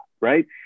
right